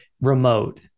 remote